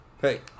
Hey